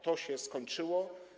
To się skończyło.